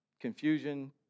confusion